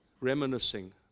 reminiscing